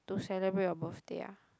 to celebrate your birthday ah